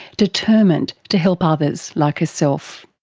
determined to help ah others like herself.